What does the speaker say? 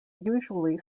usually